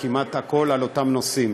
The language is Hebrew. כמעט הכול על אותם נושאים,